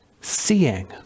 seeing